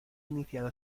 iniciado